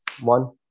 one